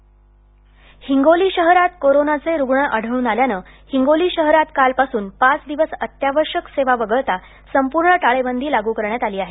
हिंगोली हिंगोली शहरात कोरोनाचे रुग्ण आढळून आल्यानं हिंगोली शहरात काल पासून पाच दिवस अत्यावश्यक सेवा वगळता संपूर्ण टाळेबंदी लागू करण्यात आली आहे